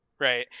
Right